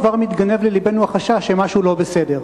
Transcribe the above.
כבר מתגנב ללבנו החשש שמשהו לא בסדר.